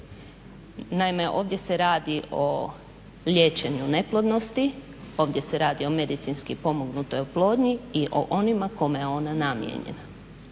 Naime, ovdje se radi o liječenju neplodnosti, ovdje se radi o medicinski pomognutoj oplodnji i o onima kome je ona namijenjena.